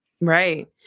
Right